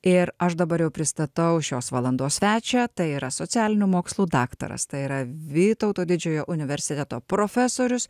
ir aš dabar jau pristatau šios valandos svečią tai yra socialinių mokslų daktaras tai yra vytauto didžiojo universiteto profesorius